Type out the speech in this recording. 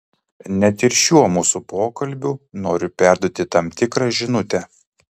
net ir šiuo mūsų pokalbiu noriu perduoti tam tikrą žinutę